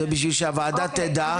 זה בשביל שהוועדה תדע,